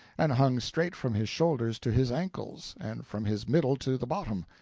and hung straight from his shoulders to his ankles and from his middle to the bottom,